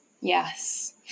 Yes